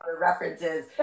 references